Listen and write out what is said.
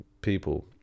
people